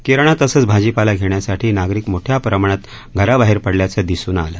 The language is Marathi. किराणा तसंच भाजीपाला घेण्यासाठी नागरीक मोठ्या प्रमाणात घराबाहेर पडल्याचं दिसून आलं